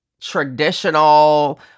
traditional